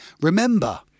remember